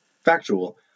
factual